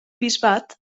bisbat